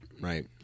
Right